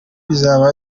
bizaba